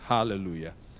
Hallelujah